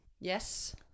Yes